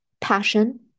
passion